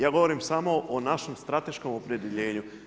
Ja govorim samo o našem strateškom opredjeljenju.